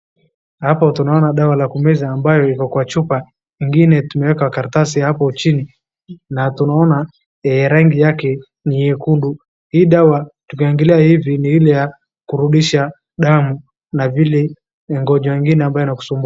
Hapo tunaona dawa la kumeza ambayo iko kwa chupa. Ingine imewekwa kwa karatasi hapo chini na tunaona rangi yake ni nyekundu. Hii dawa tukiangalia hivi ni ya kurudisha damu na ugonjwa ingine ambayo inakusumbua.